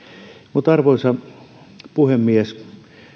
mutta arvoisa puhemies